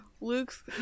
Luke's